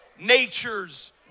natures